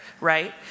right